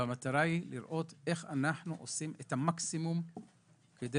והמטרה היא לראות איך אנחנו עושים את המקסימום כדי